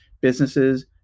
businesses